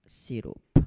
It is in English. syrup